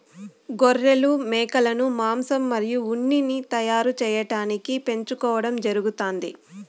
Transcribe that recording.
గొర్రెలు, మేకలను మాంసం మరియు ఉన్నిని తయారు చేయటానికి పెంచుకోవడం జరుగుతాంది